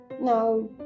Now